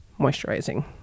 moisturizing